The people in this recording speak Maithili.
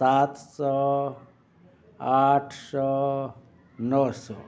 सात सओ आठ सओ नओ सओ